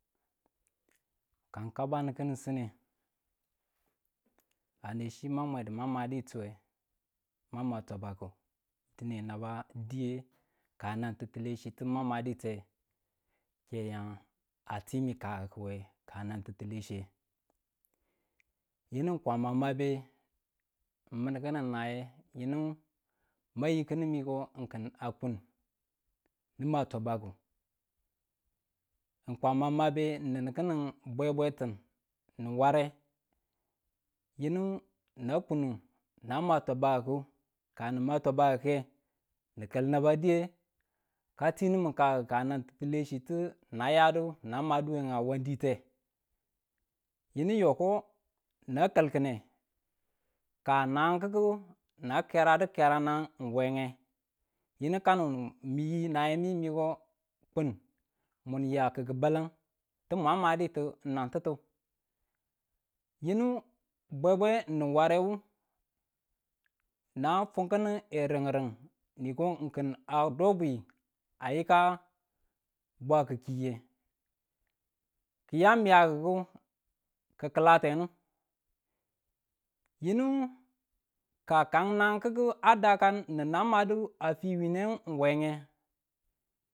Kang kabani kinu sine, ane chi ma madituwe ma mwa tabaku dine naba diye ka nan ti̱tilechitu ti mwan madite ke yan a timi kakku kanan ti̱tilechitu, kyinu kwama mabe minu kini naye yinu ma yi kini ko a kun ni ma tabaku, n kwama mabe nin kini bwebwe tin, nin ware yinu nan kunu nan ma tamakuke kini ma tamakuke ni kal naba diye ka tinimin kakku ka nan titilechitu nan yadu nan maduwenge wandite, yinu yo ko na kalkine kang nanang kiku na keradu keranang n wenge yinu kanodu mu wii nayemi ko kung mun ya kiki baleng ti man maditu nan titu yinu bwebwe n nun warewu na funkini n renren nikoa do bwi a yika bwa ki̱ kike kiya miyakiku ki̱ kilatenu yinu kan nanang kiku adakan nin nan madu a fiwineng wenge.